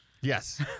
Yes